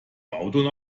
auto